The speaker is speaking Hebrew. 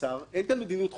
אין פה מדיניות חופשית,